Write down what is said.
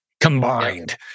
combined